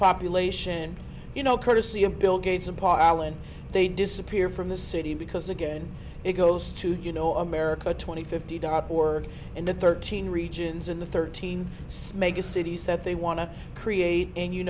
population you know courtesy of bill gates and parlin they disappear from the city because again it goes to you know america twenty fifty dot org in the thirteen regions in the thirteen smegma cities that they want to create and you